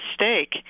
mistake